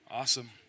Awesome